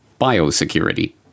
biosecurity